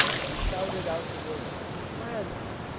we shouted out the words friends,